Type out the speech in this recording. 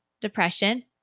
depression